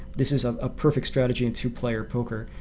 this is um a perfect strategy in two player poker.